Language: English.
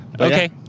Okay